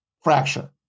fracture